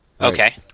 Okay